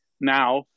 now